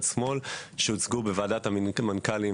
שהוצגו בוועדת המנכ"לים